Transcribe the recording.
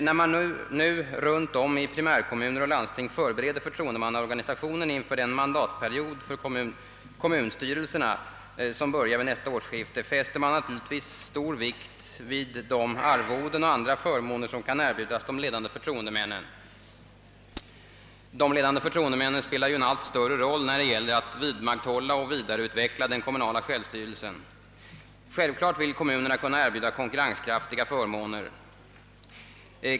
När man nu runt om i primärkommuner och landsting förbereder förtroendemannaorganisationen inför den mandatperiod för kommunstyrelserna, som börjar vid nästa årsskifte, fäster man naturligtvis stor vikt vid de arvoden och andra förmåner som kan erbjudas de ledande förtroendemännen. De spelar ju en allt större roll när det gäller att vidmakthålla och vidareutveckla den kommunala självstyrelsen. Självklart vill kommunerna kunna erbjuda konkurrenskraftiga förmåner.